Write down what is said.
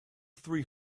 three